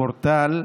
הפורטל,